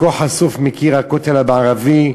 חלקו חשוף מקיר הכותל המערבי,